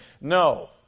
No